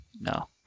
No